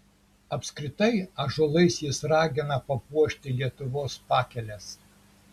apskritai ąžuolais jis ragina papuošti lietuvos pakeles